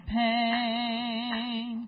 pain